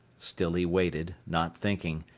still he waited, not thinking.